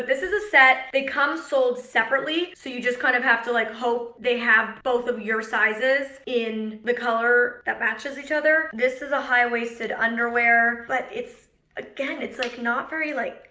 this is a set. they come sold separately. so you just kind of have to like hope they have both of your sizes in the color that matches each other. this is a high-waisted underwear, but it's again, it's like not very, like,